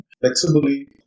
flexibly